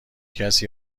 کسی